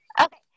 Okay